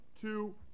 two